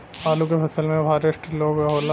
आलू के फसल मे फारेस्ट रोग होला?